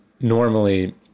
normally